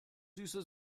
süße